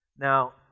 Now